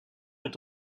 est